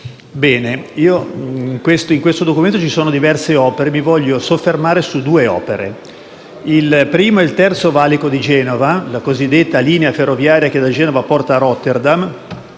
In questo Documento ci sono diverse opere e mi voglio soffermare su due di esse. La prima è il Terzo valico di Genova, la cosiddetta linea ferroviaria che da Genova porta a Rotterdam,